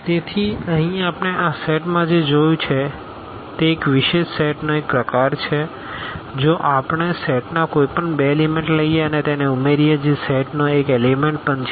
તેથી અહીં આપણે આ સેટમાં જે જોયું છે તે એક વિશેષ સેટનો એક પ્રકાર છે જો આપણે સેટના કોઈપણ બે એલીમેન્ટ લઈએ અને તેને ઉમેરીએ જે સેટનો એક એલીમેન્ટ પણ છે